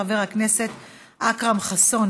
חבר הכנסת אכרם חסון,